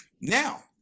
Now